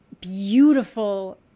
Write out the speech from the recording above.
beautiful